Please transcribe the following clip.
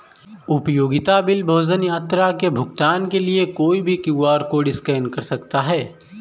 उपयोगिता बिल, भोजन, यात्रा के भुगतान के लिए कोई भी क्यू.आर कोड स्कैन कर सकता है